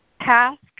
task